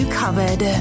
covered